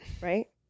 Right